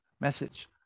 message